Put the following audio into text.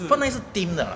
Fortnite 是 team 的 lah